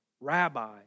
Rabbi